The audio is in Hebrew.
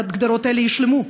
הגדרות האלה יושלמו.